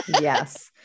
Yes